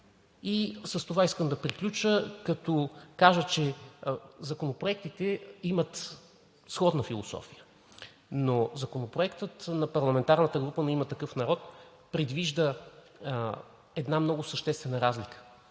И с това искам да приключа, като кажа, че законопроектите имат сходна философия, но Законопроектът на парламентарната група на „Има такъв народ“ предвижда една много съществена разлика